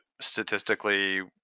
statistically